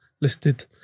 listed